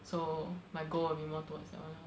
so my goal will be more towards that one lor